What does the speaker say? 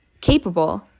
capable